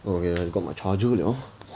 okay I got my charger liao